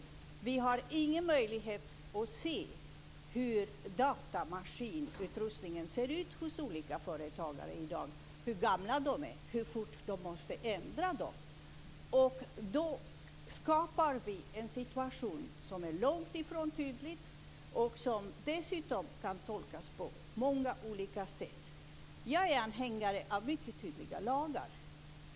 Vi har ingen möjlighet att se hur datamaskinutrustningen ser ut hos olika företagare i dag, hur gammal den är, hur fort den måste ändras. Då skapar vi en situation som är långt ifrån tydlig och som dessutom kan tolkas på många olika sätt. Jag är anhängare av mycket tydliga lagar.